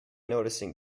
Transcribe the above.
noticing